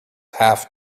half